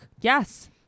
Yes